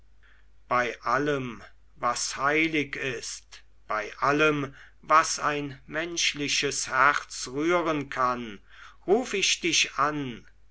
bei allem was heilig ist bei allem was ein menschliches herz rühren kann ruf ich dich an